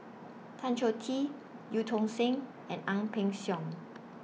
Tan Choh Tee EU Tong Sen and Ang Peng Siong